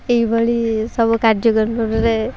ଏଇଭଳି ସବୁ କାର୍ଯ୍ୟକ୍ରମରେ